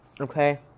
Okay